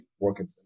working